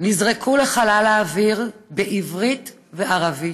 נזרקו לחלל האוויר, בעברית ובערבית,